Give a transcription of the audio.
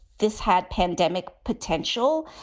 this had pandemic potential.